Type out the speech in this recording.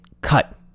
cut